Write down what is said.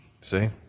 See